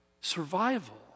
Survival